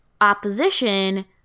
opposition